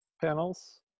panels